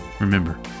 remember